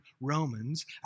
Romans